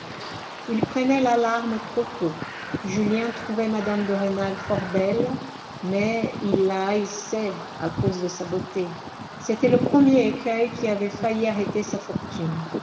il prenait l'alarme trop tôt julien trouvait mme de rênal fort belle mais il la haïssait à cause de sa beauté c'était le premier écueil qui avait failli arrêter sa fortune